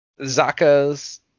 Zaka's